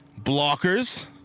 Blockers